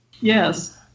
Yes